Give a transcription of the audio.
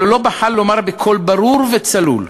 אבל הוא לא בחל בלומר בקול ברור וצלול: